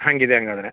ಹಾಗಿದೆ ಹಂಗಾದ್ರೆ